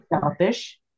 selfish